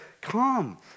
Come